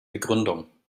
begründung